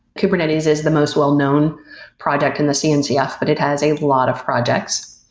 kubernetes is the most well known project in the cncf, but it has a lot of projects.